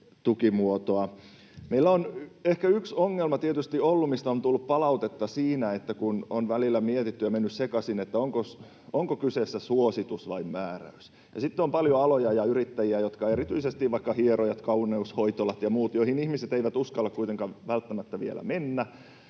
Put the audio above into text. Meillä on tietysti ollut yksi ongelma, mistä on tullut palautetta — siitä, kun on välillä mietitty ja mennyt sekaisin, onko kyseessä suositus vai määräys. Ja sitten on paljon aloja ja yrittäjiä — erityisesti vaikkapa hierojat, kauneushoitolat ja muut — joihin ihmiset eivät uskalla kuitenkaan välttämättä vielä mennä,